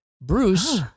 Bruce